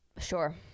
Sure